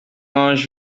ange